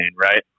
right